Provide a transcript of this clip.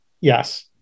Yes